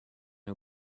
who